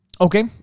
Okay